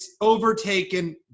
overtaken